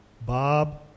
Bob